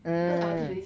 mm